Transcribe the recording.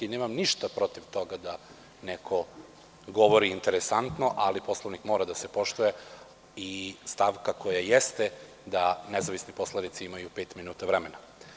Nemam ništa protiv toga da neko govori interesantno, ali Poslovnik mora da se poštuje i stavka koja jeste da nezavisni poslanici imaju pet minuta vremena.